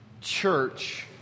church